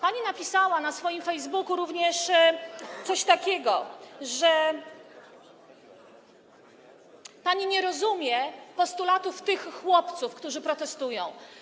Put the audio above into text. Pani napisała na swoim Facebooku również coś takiego, że pani nie rozumie postulatów tych chłopców, którzy protestują.